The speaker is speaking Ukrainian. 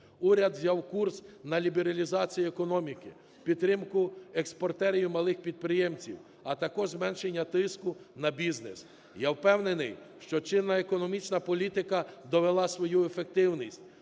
Уряд взяв курс на лібералізацію економіки, підтримку експортерів - малих підприємців, а також зменшення тиску на бізнес. Я впевнений, що чинна економічна політика довела свою ефективність.